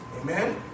Amen